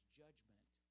judgment